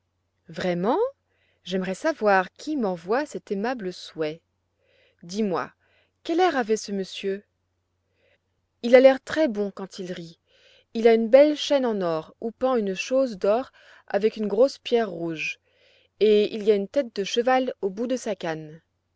vraiment j'aimerais savoir qui m'envoie cet aimable souhait dis-moi quel air avait ce monsieur il a l'air très-bon quand il rit il a une belle chaîne en or où pend une chose d'or avec une grosse pierre rouge et il y a une tête de cheval au bout de sa canne